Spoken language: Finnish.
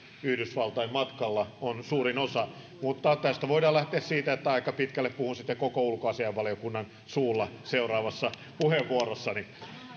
yhdysvaltain matkalla on suurin osa mutta tässä voidaan lähteä siitä että aika pitkälle puhun sitten koko ulkoasiainvaliokunnan suulla seuraavassa puheenvuorossani